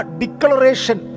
declaration